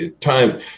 Time